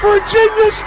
Virginia